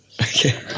Okay